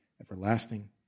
everlasting